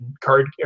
Card